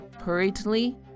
hurriedly